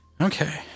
Okay